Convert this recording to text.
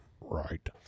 Right